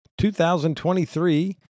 2023